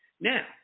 Now